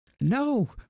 no